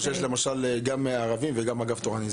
למשל, איפה שיש ערבים וגם אגף תורני.